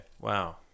Wow